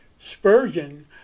Spurgeon